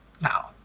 Now